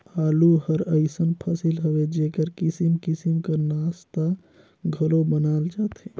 आलू हर अइसन फसिल हवे जेकर किसिम किसिम कर नास्ता घलो बनाल जाथे